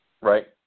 Right